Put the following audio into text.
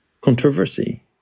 controversy